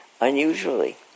unusually